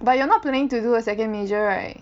but you're not planning to do a second major right